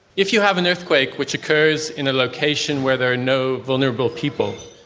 if you have an earthquake which occurs in a location where there are no vulnerable people,